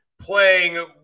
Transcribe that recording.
playing